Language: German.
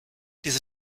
diese